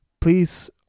Please